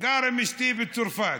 גר עם אשתי בצרפת